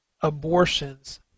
abortions